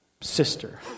sister